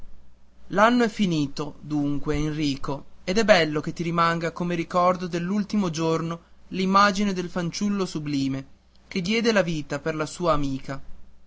l'anno è finito dunque enrico ed è bello che ti rimanga come ricordo dell'ultimo giorno l'immagine del fanciullo sublime che diede la vita per la sua amica